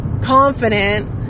confident